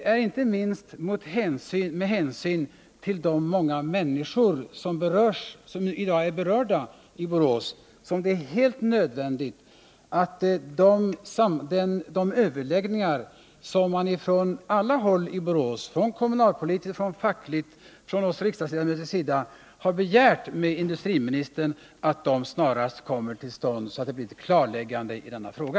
Inte minst med hänsyn till de många människor som i dag är berörda i Borås är det helt nödvändigt att de överläggningar med industriministern som man från alla håll i Borås — från kommunalpolitiskt håll, från fackligt håll och från riksdagsledamöternas sida — har begärt snarast kommer till stånd. Vi måste få ett klarläggande i denna fråga.